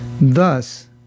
Thus